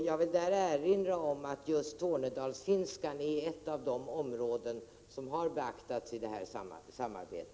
Jag vill erinra om att just Tornedalsfinskan är ett av de områden som har beaktats i detta samarbete.